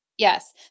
Yes